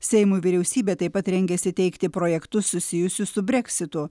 seimui vyriausybė taip pat rengiasi teikti projektus susijusius su breksitu